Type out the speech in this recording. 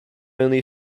only